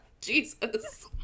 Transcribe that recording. Jesus